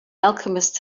alchemist